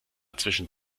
zwischen